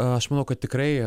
aš manau kad tikrai